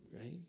right